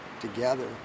together